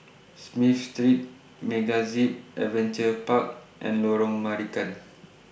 Smith Street MegaZip Adventure Park and Lorong Marican